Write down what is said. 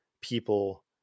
people